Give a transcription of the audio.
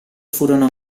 furono